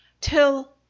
till